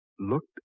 Looked